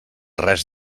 res